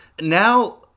now